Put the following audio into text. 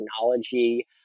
technology